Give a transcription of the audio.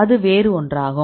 அது வேறு ஒன்றாகும்